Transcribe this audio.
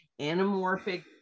anamorphic